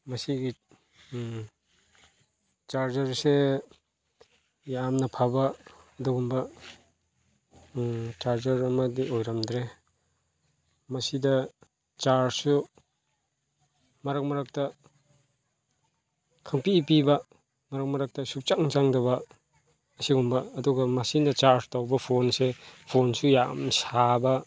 ꯃꯁꯤꯒꯤ ꯆꯥꯔꯖꯔꯁꯦ ꯌꯥꯝꯅ ꯐꯕ ꯑꯗꯨꯒꯨꯝꯕ ꯆꯥꯔꯖꯔ ꯑꯃꯗꯤ ꯑꯣꯏꯔꯝꯗ꯭ꯔꯦ ꯃꯁꯤꯗ ꯆꯥꯔꯖꯁꯨ ꯃꯔꯛ ꯃꯔꯛꯇ ꯈꯪꯡꯄꯤ ꯄꯤꯕ ꯃꯔꯛ ꯃꯔꯛꯇ ꯁꯨꯡꯆꯪ ꯆꯪꯗꯕ ꯑꯁꯤꯒꯨꯝꯕ ꯑꯗꯨꯒ ꯃꯁꯤꯅ ꯆꯥꯔꯖ ꯇꯧꯕ ꯐꯣꯟꯁꯦ ꯐꯣꯟꯁꯨ ꯌꯥꯝ ꯁꯥꯕ